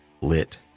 lit